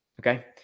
okay